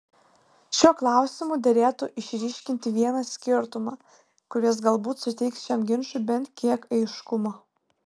šiuo klausimu derėtų išryškinti vieną skirtumą kuris galbūt suteiks šiam ginčui bent kiek aiškumo